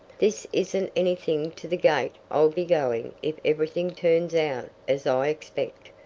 this isn't anything to the gait i'll be going if everything turns out as i expect.